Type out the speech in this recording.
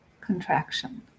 contraction